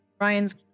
Ryan's